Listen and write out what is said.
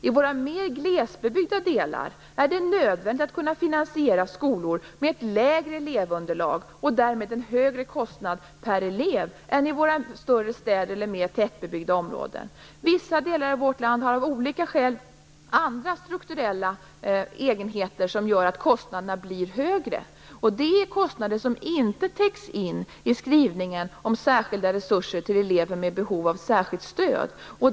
I våra mer glesbebyggda delar är det nödvändigt att kunna finansiera skolor med ett lägre elevunderlag och därmed en högre kostnad per elev än i våra större städer eller mer tättbebyggda områden. Vissa delar av vårt land har av olika skäl andra strukturella egenheter som gör att kostnaderna blir högre. Det är kostnader som inte täcks in i skrivningen om särskilda resurser till elever med behov av särskilt stöd.